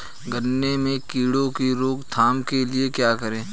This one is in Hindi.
गन्ने में कीड़ों की रोक थाम के लिये क्या करें?